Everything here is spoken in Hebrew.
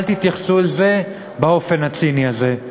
אל תתייחסו לזה באופן הציני הזה.